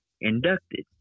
inducted